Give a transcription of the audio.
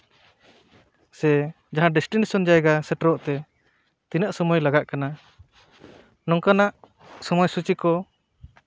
ᱥᱮ ᱡᱟᱦᱟᱸ ᱰᱤᱥᱴᱤᱱᱮᱥᱚᱱ ᱡᱟᱭᱜᱟ ᱥᱮᱴᱮᱨᱚᱜ ᱛᱮ ᱛᱤᱱᱟᱹᱜ ᱥᱚᱢᱚᱭ ᱞᱟᱜᱟᱜ ᱠᱟᱱᱟ ᱱᱚᱝᱠᱟᱱᱟᱜ ᱥᱚᱢᱚᱭ ᱥᱩᱪᱤ ᱠᱚ